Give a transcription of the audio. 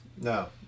No